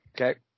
okay